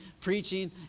preaching